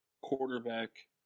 quarterback